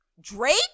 Drake